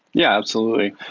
yeah, absolutely.